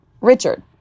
Richard